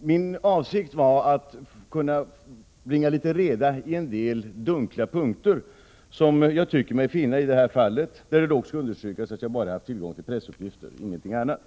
Min avsikt med frågan var att bringa litet reda i en del dunkla punkter som jag tycker mig finna i det här fallet — jag vill dock understryka att jag bara har haft tillgång till tidningsuppgifter och ingenting annat.